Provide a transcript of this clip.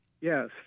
Yes